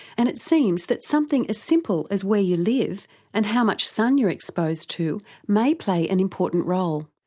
and it seems that something as simple as where you live and how much sun you're exposed to may play an important role.